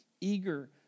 eager